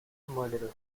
murderer